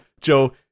Joe